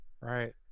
right